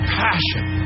passion